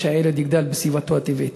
ושהילד יגדל בסביבתו הטבעית.